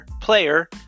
player